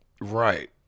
Right